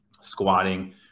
squatting